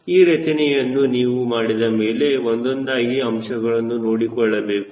ಈ ರಚನೆಯನ್ನು ನೀವು ಮಾಡಿದ ಮೇಲೆ ಒಂದೊಂದಾಗಿ ಅಂಶಗಳನ್ನು ನೋಡಿಕೊಳ್ಳಬೇಕು